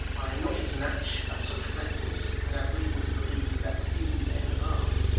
i am not his match at such weapons, and have reason to believe that few men are